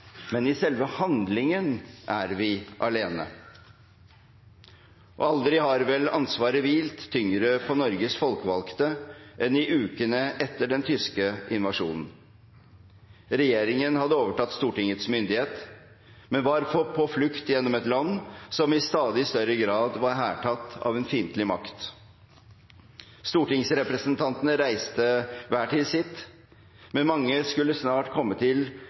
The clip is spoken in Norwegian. men i selve handlingen er vi alene. Aldri har vel ansvaret hvilt tyngre på Norges folkevalgte enn i ukene etter den tyske invasjonen. Regjeringen hadde overtatt Stortingets myndighet, men var på flukt gjennom et land som i stadig større grad var hærtatt av en fiendtlig makt. Stortingsrepresentantene reiste hver til sitt, men mange skulle snart komme under et voldsomt press og bli nødt til